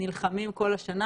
שנלחמים כל השנה.